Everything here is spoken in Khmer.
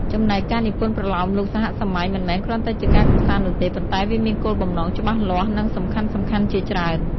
ចំំណែកការនិពន្ធប្រលោមលោកសហសម័យមិនមែនគ្រាន់តែជាការកម្សាន្តនោះទេ ប៉ុន្តែវាមានគោលបំណងច្បាស់លាស់ និងសំខាន់ៗជាច្រើន។